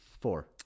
four